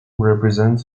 represents